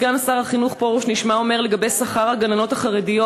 סגן שר החינוך פרוש נשמע אומר לגבי שכר הגננות החרדיות,